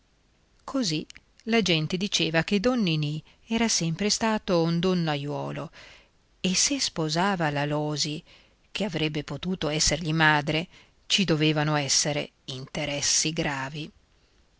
così la gente diceva che don ninì era sempre stato un donnaiuolo e se sposava l'alòsi che avrebbe potuto essergli madre ci dovevano essere interessi gravi